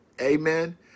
Amen